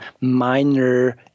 minor